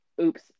Oops